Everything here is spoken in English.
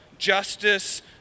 justice